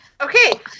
Okay